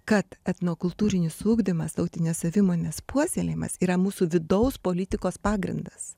kad etnokultūrinis ugdymas tautinės savimonės puoselėjimas yra mūsų vidaus politikos pagrindas